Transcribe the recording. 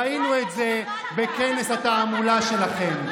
ראינו את זה בכנס התעמולה שלכם.